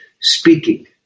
speaking